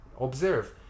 observe